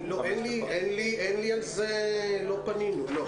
לא פנינו, לא.